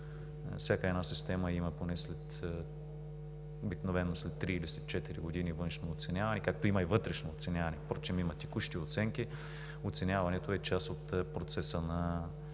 всяка една система има обикновено след три или четири години външно оценяване, както има и вътрешно оценяване впрочем, има текущи оценки. Оценяването е част от процеса на